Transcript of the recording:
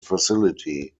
facility